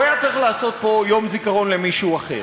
הוא היה צריך לעשות פה יום זיכרון למישהו אחר.